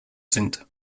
sind